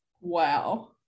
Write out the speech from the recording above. Wow